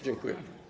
Dziękuję.